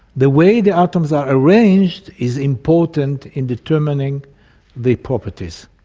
the way the atoms are arranged is important in determining the properties.